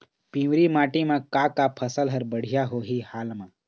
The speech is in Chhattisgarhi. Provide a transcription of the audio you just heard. पिवरी माटी म का का फसल हर बढ़िया होही हाल मा?